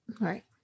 Right